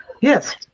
Yes